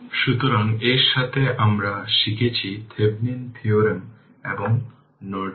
সুতরাং এই কারণেই তারা প্যাসিভ উপাদান